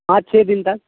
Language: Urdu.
پانچ چھ دن تک